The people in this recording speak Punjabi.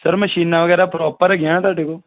ਸਰ ਮਸ਼ੀਨਾਂ ਵਗੈਰਾ ਪ੍ਰੋਪਰ ਹੈਗੀਆਂ ਨਾ ਤੁਹਾਡੇ ਕੋਲ